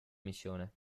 missione